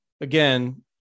again